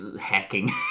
hacking